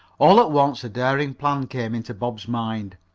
all at once a daring plan came into bob's mind.